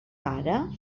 ara